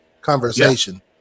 conversation